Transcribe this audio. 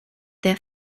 their